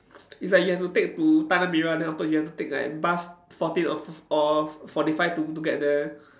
it's like you have take to Tanah Merah then after you have to take like bus fourteen or or forty five to to get there